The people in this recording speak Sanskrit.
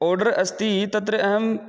आर्डर् अस्ति तत्र अहं